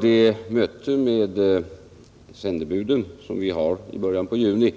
Det möte med sändebuden som vi skall ha i början på juni